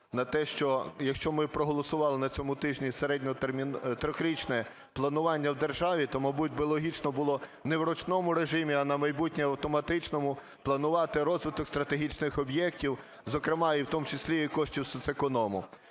якщо ми проголосували на цьому тижні середньо… трирічне планування в державі, то, мабуть, би логічно було не в ручному режимі, а на майбутнє в автоматичному планувати розвиток стратегічних об'єктів, зокрема, і в тому числі, і коштів соцеконому.